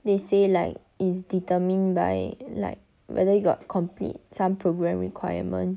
they say like is determined by like whether you got complete some program requirements